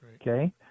Okay